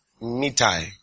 mitai